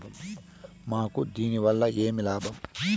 మాకు దీనివల్ల ఏమి లాభం